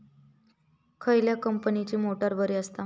खयल्या कंपनीची मोटार बरी असता?